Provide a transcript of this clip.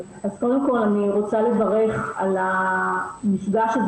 קודם כל אני רוצה לברך על המפגש הזה